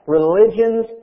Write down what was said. Religions